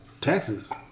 taxes